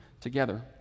together